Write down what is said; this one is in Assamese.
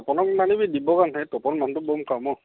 তপণক নানিবি দিব্য়ক আন ধেই তপণ মানুহটো ব'ম কামোৰ